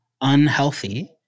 unhealthy